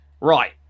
Right